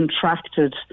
contracted